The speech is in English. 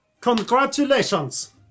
congratulations